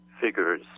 figures